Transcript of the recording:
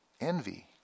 envy